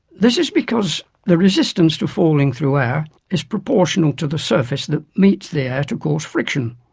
this is because the resistance to falling through air is proportional to the surface that meets the air to cause friction.